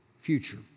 future